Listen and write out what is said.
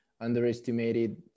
underestimated